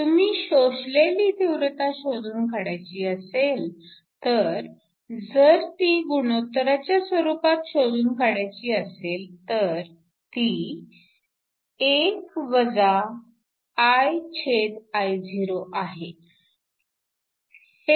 तुम्हाला शोषलेली तीव्रता शोधून काढायची असेल तर जर ती गुणोत्तराच्या स्वरूपात शोधून काढायची असेल तर ती 1 IIo आहे